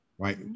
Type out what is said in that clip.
right